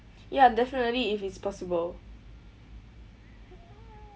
ya definitely if it's possible